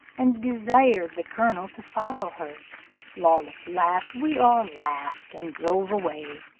and desired the colonel to follow her lawless laughed, we all laughed, and drove away.